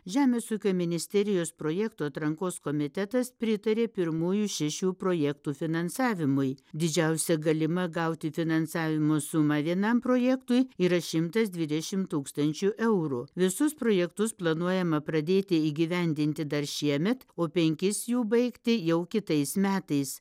žemės ūkio ministerijos projektų atrankos komitetas pritarė pirmųjų šešių projektų finansavimui didžiausia galima gauti finansavimo suma vienam projektui yra šimtas dvidešim tūkstančių eurų visus projektus planuojama pradėti įgyvendinti dar šiemet o penkis jų baigti jau kitais metais